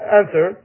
answer